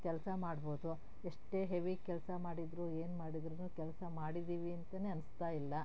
ಕೆಲಸ ಮಾಡ್ಬೋದು ಎಷ್ಟೇ ಹೆವಿ ಕೆಲಸ ಮಾಡಿದರೂ ಏನು ಮಾಡಿದ್ರೂನು ಕೆಲಸ ಮಾಡಿದ್ದೀವಿ ಅಂತನೇ ಅನಿಸ್ತಾ ಇಲ್ಲ